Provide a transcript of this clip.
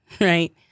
right